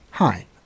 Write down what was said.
Hi